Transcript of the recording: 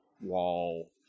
wall